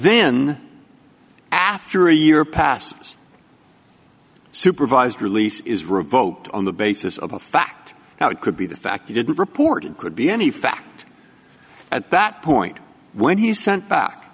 then after a year passes supervised release is revoked on the basis of a fact now it could be the fact he didn't report it could be any fact at that point when he sent back